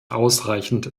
ausreichend